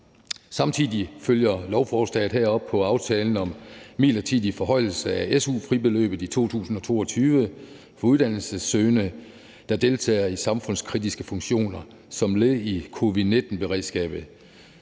Samtidig følger lovforslaget her op på aftalen om midlertidig forhøjelse af su-fribeløbet i 2022 for uddannelsessøgende, der deltager i samfundskritiske funktioner som led i covid-19-beredskabet.